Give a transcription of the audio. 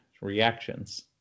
reactions